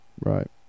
Right